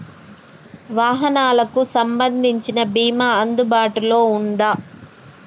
వాహనాలకు సంబంధించిన బీమా అందుబాటులో ఉందా?